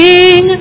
King